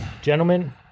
gentlemen